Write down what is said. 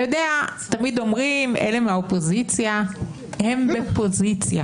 תמיד אומרים: אלה מהאופוזיציה שהם בפוזיציה